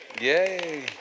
yay